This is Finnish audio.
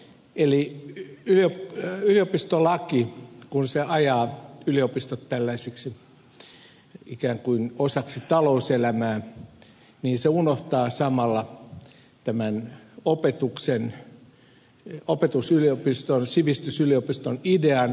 eli kun yliopistolaki ajaa yliopistot ikään kuin osaksi talouselämää se unohtaa samalla opetusyliopiston sivistysyliopiston idean